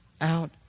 out